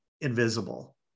invisible